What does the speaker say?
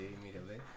Immediately